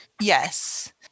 Yes